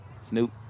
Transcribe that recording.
Snoop